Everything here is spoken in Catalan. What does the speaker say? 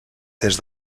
des